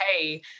Hey